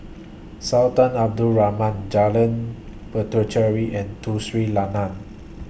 Sultan Abdul Rahman Jalan Puthucheary and Tun Sri Lanang